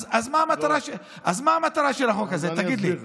אז מה המטרה של החוק הזה, תגיד לי.